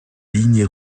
lignée